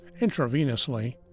intravenously